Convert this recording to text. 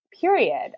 period